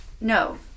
No